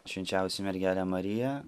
švenčiausią mergelę mariją